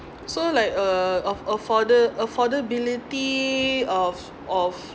so like uh of afforda~ affordability of of